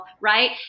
right